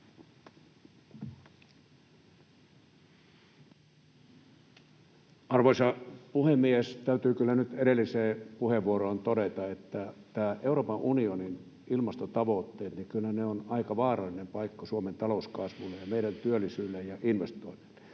Arvoisa puhemies! Täytyy kyllä nyt edelliseen puheenvuoroon todeta, että nämä Euroopan unionin ilmastotavoitteet ovat kyllä aika vaarallinen paikka Suomen talouskasvulle ja meidän työllisyydelle ja investoinneille.